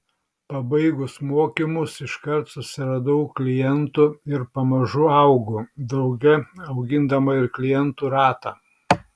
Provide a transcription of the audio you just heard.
pabaigus mokymus iškart susiradau klientų ir pamažu augu drauge augindama ir klientų ratą